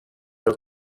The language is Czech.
byl